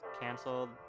canceled